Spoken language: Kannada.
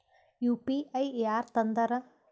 ಯು.ಪಿ.ಐ ಯಾರ್ ತಂದಾರ?